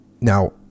Now